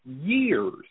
years